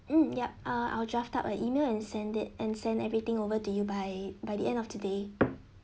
mm yup uh I'll draft up a email and send it and send everything over to you by by the end of today